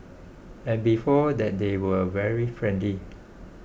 and before that they were very friendly